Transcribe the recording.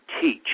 teach